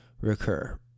recur